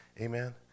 Amen